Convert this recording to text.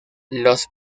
los